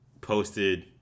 posted